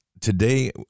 today